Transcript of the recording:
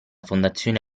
fondazione